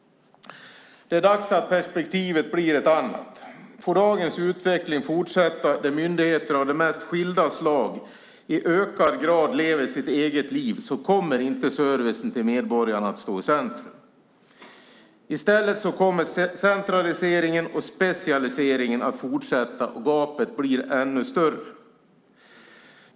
Det är dags att perspektivet blir ett annat. Om dagens utveckling får fortsätta där myndigheter av de mest skilda slag i ökad grad lever sina egna liv kommer inte servicen till medborgarna att stå i centrum. I stället kommer centraliseringen och specialiseringen att fortsätta och gapet blir ännu större.